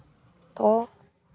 ᱫᱚ